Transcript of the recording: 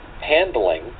handling